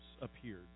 appeared